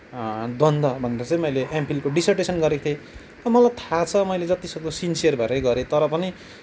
द्वन्द भन्दा चाहिँ मैले एमफिलको डिसर्टेसन गरेको थिएँ अब मलाई थाहा छ मैले जतिसक्दो सिन्सियर भएरै गरेँ